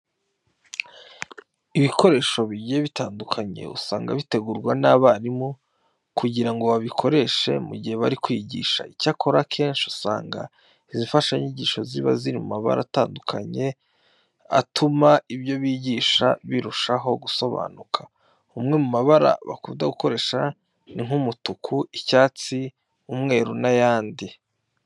Ibikoresho bigiye bitandukanye usanga bitegurwa n'abarimu kugira ngo babikoreshe mu gihe bari kwigisha. Icyakora akenshi usanga izi mfashanyigisho ziba ziri mu mabara atandukanye atuma ibyo bigisha birushaho gusobanuka. Amwe mu mabara bakunda gukoresha ni nk'umutuku, icyatsi, umweru n'ayandi.